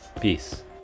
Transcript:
Peace